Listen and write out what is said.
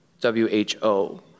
W-H-O